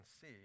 see